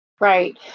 Right